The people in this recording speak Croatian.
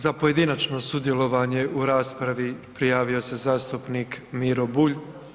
Za pojedinačno sudjelovanje u raspravi prijavio se zastupnik Miro Bulj.